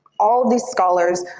all these scholars,